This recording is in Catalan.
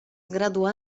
graduà